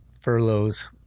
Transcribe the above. furloughs